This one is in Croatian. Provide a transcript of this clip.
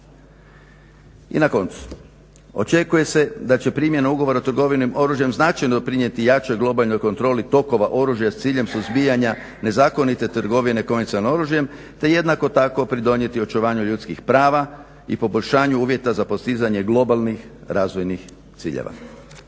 I na koncu očekuje se da će primjena ugovora o trgovini oružjem značajno doprinijeti jačoj globalnoj kontroli tokova oružja s ciljem suzbijanja nezakonite trgovine komercijalnim oružjem te jednako tako pridonijeti očuvanju ljudskih prava i poboljšanju uvjeta za postizanje globalnih razvojnih ciljeva.